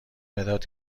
مداد